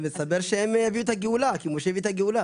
לפני שאני אתחיל בברכות, אני אתייחס